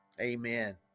amen